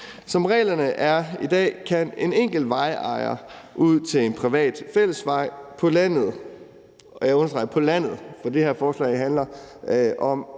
Som reglerne er i dag, kan en enkelt vejejer ud til en privat fællesvej på landet